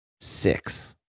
six